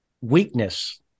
weakness